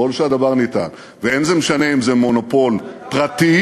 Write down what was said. ככל שהדבר ניתן, ואין זה משנה אם זה מונופול פרטי,